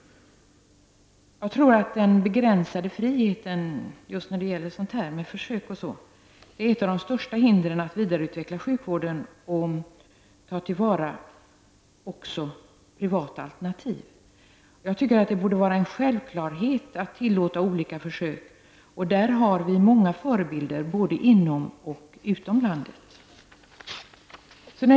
Jag tror att den begränsade friheten när det gäller just försök är ett av de största hindren för att vidareutveckla sjukvården och ta till vara också privata alternativ. Jag tycker att det borde vara en självklarhet att tillåta olika försök. Där har vi många förebilder, både inom och utom landet.